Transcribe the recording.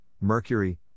Mercury